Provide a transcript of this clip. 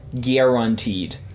guaranteed